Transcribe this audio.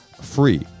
free